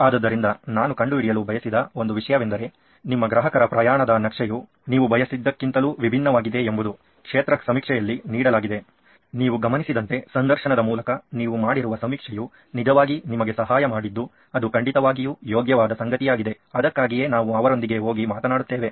ಆದ್ದರಿಂದ ನಾನು ಕಂಡುಹಿಡಿಯಲು ಬಯಸಿದ ಒಂದು ವಿಷಯವೆಂದರೆ ನಿಮ್ಮ ಗ್ರಾಹಕರ ಪ್ರಯಾಣದ ನಕ್ಷೆಯು ನೀವು ಬಯಸಿದ್ದಕ್ಕಿಂತಲೂ ವಿಭಿನ್ನವಾಗಿದೆ ಎಂಬುದು ಕ್ಷೇತ್ರ ಸಮೀಕ್ಷೆಯಲ್ಲಿ ನೀಡಲಾಗಿದೆ ನೀವು ಗಮನಿಸಿದಂತೆ ಸಂದರ್ಶನದ ಮೂಲಕ ನೀವು ಮಾಡಿರುವ ಸಮೀಕ್ಷೆಯು ನಿಜವಾಗಿ ನಿಮಗೆ ಸಹಾಯ ಮಾಡಿದ್ದು ಅದು ಖಂಡಿತವಾಗಿಯೂ ಯೋಗ್ಯವಾದ ಸಂಗತಿಯಾಗಿದೆ ಅದಕ್ಕಾಗಿಯೇ ನಾವು ಅವರೊಂದಿಗೆ ಹೋಗಿ ಮಾತನಾಡುತ್ತೇವೆ